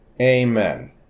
Amen